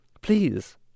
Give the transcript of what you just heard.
Please